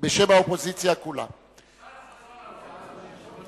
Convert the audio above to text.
אפשר לחזור על ההודעה?